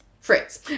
Fritz